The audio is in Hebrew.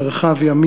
מרחביה,